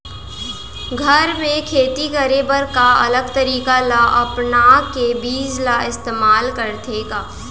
घर मे खेती करे बर का अलग तरीका ला अपना के बीज ला इस्तेमाल करथें का?